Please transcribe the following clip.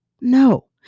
No